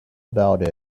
about